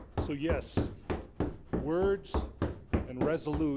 so yes words and resolute